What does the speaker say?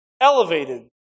elevated